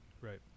Right